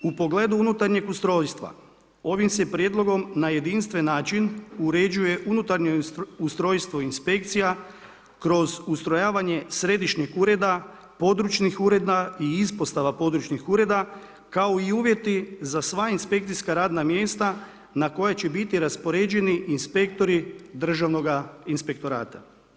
U pogledu unutarnjeg ustrojstva ovim se prijedlogom na jedinstven način uređuje unutarnje ustrojstvo inspekcija kroz ustrojavanje središnjeg ureda, područnih ureda i ispostava područnih ureda kao i uvjeti za sva inspekcijska radna mjesta na koja će biti raspoređeni inspektori državnoga inspektorata.